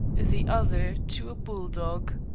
the other to a bull-dog.